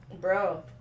Bro